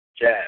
jazz